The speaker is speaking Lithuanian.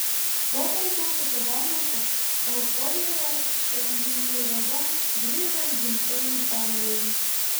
po konkurso kėdainiuose euforijoje skendinti reda grįžo į gimtąjį panevėžį